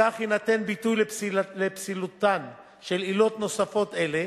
בכך יינתן ביטוי לפסילותן של עילות נוספות אלה